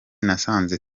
nasanze